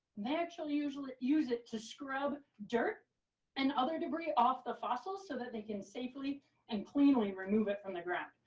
they actually usually use it to scrub dirt and other debris off the fossils so that they can safely and cleanly remove it from the ground.